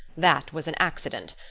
that was an accident.